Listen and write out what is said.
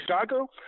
Chicago